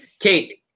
Kate